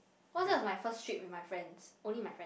because that was my first trip with my friends only my friend